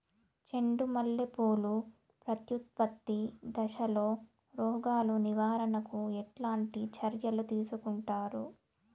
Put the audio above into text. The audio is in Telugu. చెండు మల్లె పూలు ప్రత్యుత్పత్తి దశలో రోగాలు నివారణకు ఎట్లాంటి చర్యలు తీసుకుంటారు?